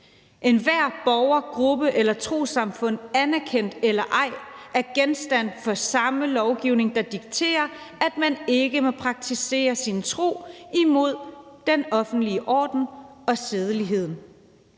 Enhver borger, gruppe eller trossamfund anerkendt eller ej er genstand for samme lovgivning, der dikterer, at man ikke må praktisere sin tro imod den offentlige orden og sædelighed.